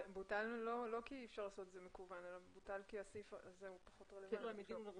תקנה 7 לתקנות